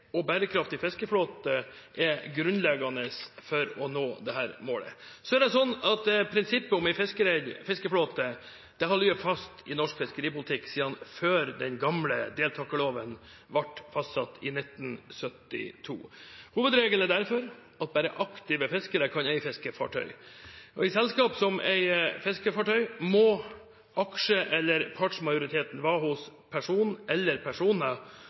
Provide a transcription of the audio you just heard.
fiskeflåte har ligget fast i norsk fiskeripolitikk siden før den gamle deltakerloven ble fastsatt i 1972. Hovedregelen er derfor at bare aktive fiskere kan eie fiskefartøy. I selskap som eier fiskefartøy, må aksje- eller partsmajoriteten være hos person eller personer